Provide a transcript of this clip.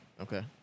Okay